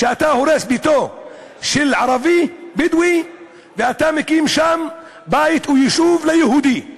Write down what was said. כשאתה הורס את ביתו של ערבי בדואי ואתה מקים שם בית ויישוב ליהודי,